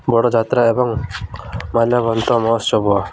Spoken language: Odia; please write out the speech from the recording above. ବଡ଼ ଯାତ୍ରା ଏବଂ ମାଲ୍ୟବନ୍ତ ମହୋତ୍ସବ